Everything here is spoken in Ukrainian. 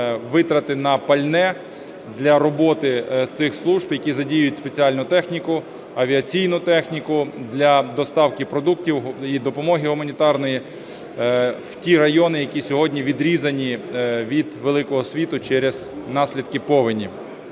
витрати на пальне для роботи цих служб, які задіюють спеціальну техніку, авіаційну техніку для доставки продуктів і допомоги гуманітарної в ті райони, які сьогодні відрізані від великого світу через наслідки повені.